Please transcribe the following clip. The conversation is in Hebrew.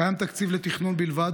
קיים תקציב לתכנון בלבד,